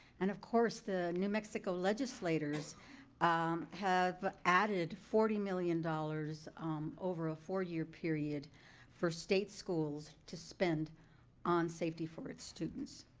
and, of course, the new mexico legislatures have added forty million dollars over a four year period for state schools to spend on safety for its students.